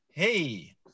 Hey